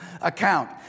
account